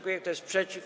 Kto jest przeciw?